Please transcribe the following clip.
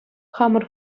хамӑр